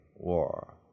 War